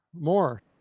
more